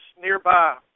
nearby